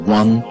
one